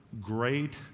great